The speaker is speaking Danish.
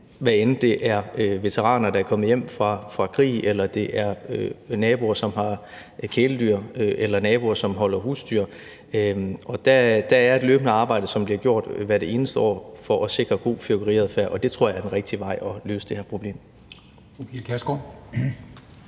hvad end det er veteraner, der er kommet hjem fra krig, eller det er naboer, som har kæledyr, eller naboer, som holder husdyr, og der er et løbende arbejde, som bliver gjort hvert eneste år for at sikre god fyrværkeriadfærd, og det tror jeg er den rigtige vej til at løse det her problem.